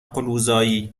قلوزایی